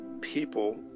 people